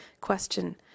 Question